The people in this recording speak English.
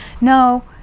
no